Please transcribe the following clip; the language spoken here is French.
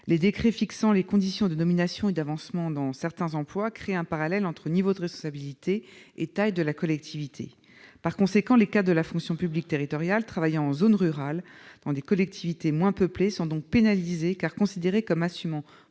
Les décrets fixant les conditions de nomination et d'avancement dans certains emplois créent un parallèle entre niveau de responsabilité et taille de la collectivité. Par conséquent, les cadres de la fonction publique territoriale travaillant en zone rurale, dans des collectivités moins peuplées, sont pénalisés, car ils sont considérés comme assumant